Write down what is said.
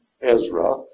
Ezra